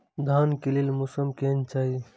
धान के लेल मौसम केहन चाहि?